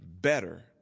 better